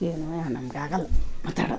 ಏನೋ ನಮ್ಗೆ ಆಗಲ್ಲ ಮಾತಾಡದು